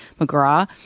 McGraw